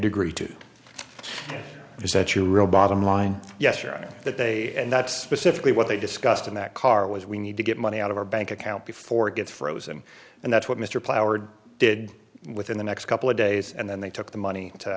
agree to is that you real bottom line yesterday that they and that specifically what they discussed in that car was we need to get money out of our bank account before it gets frozen and that's what mr powers did within the next couple of days and then they took the money to